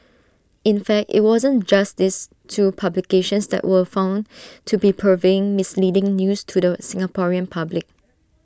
in fact IT wasn't just these two publications that were found to be purveying misleading news to the Singaporean public